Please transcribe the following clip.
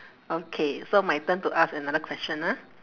okay so my turn to ask another question ah